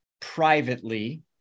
privately